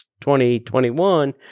2021